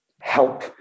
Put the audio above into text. help